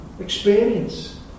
experience